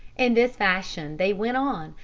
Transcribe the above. in this fashion they went on,